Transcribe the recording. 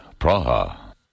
Praha